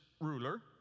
ruler